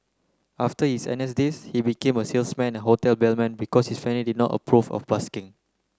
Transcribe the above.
after his N S days he became a salesman and hotel bellman because his family did not approve of busking